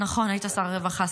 נכון, היית שר הרווחה.